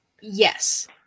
Yes